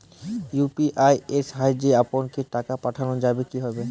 UPI এর সাহায্যে অপরকে টাকা পাঠানো যাবে কিভাবে?